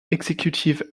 executive